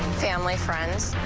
family, friend.